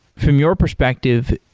from your perspective,